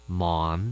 mom